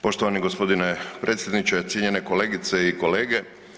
Poštovani g. predsjedniče, cijenjene kolegice i kolege.